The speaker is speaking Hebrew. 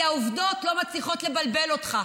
כי העובדות לא מצליחות לבלבל אותך.